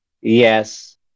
Yes